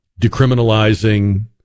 decriminalizing